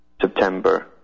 September